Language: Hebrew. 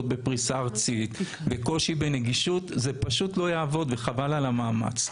בפריסה ארצית וקושי בנגישות זה פשוט לא יעבוד וחבל על המאמץ.